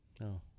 No